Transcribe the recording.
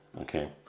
Okay